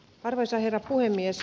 arvoisa herra puhemies